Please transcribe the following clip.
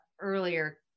earlier